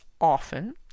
often